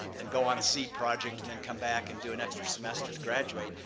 and go on a seed project and then come back, and do an extra semester to graduate.